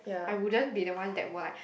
I wouldn't be the one that will like